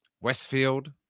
Westfield